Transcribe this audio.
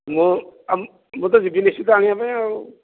ମୁଁ ଆଉ ମୁଁ ତ ଯିବି ନିଶ୍ଚିନ୍ତ ଆଣିବା ପାଇଁ ଆଉ